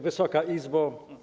Wysoka Izbo!